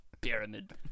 pyramid